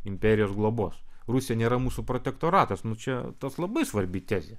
imperijos globos rusija nėra mūsų protektoratas nu čia tas labai svarbi tezė